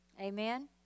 Amen